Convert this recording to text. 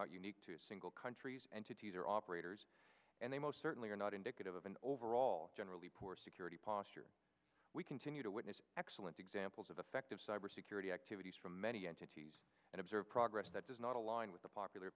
not unique to single countries entities or operators and they most certainly are not indicative of an overall generally poor security posture we continue to witness excellent examples of effective cyber security activities for many entities and observe progress that does not align with the popular